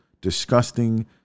disgusting